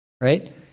right